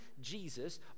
Jesus